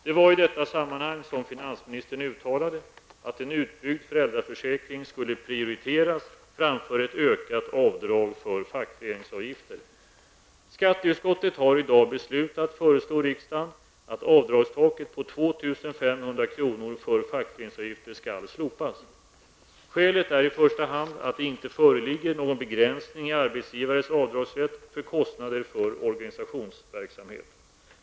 Det var i detta sammanhang som finansministern uttalade att en utbyggd föräldraförsäkring skulle prioriteras framför ett ökat avdrag för fackföreningsavgifter. Skatteutskottet har i dag beslutat föreslå riksdagen att avdragstaket på 2 500 kr. för fackföreningsavgifter skall slopas. Skälet är i första hand att det inte föreligger någon begränsning i arbetsgivares avdragsrätt för kostnader för organisationsverksamhet.